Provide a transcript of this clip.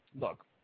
look